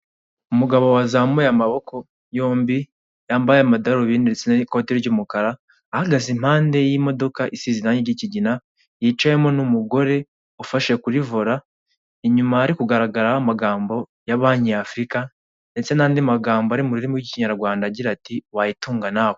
Umugabo wazamuye amaboko yombi yambaye amadarubindi ndetse n'ikote ry'umukara, ahagaze impande y'imodoka isize irange ry'ikigina yicayemo n'umugore ufashe kuri vola, inyuma hari kugaragaraho amagambo ya banki y'Afurika ndetse n'andi magambo ari mu rurimi rw'ikinyarwanda agira ati wayitunga nawe.